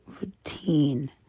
routine